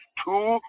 two